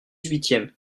huitième